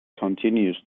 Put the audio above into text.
continues